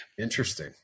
Interesting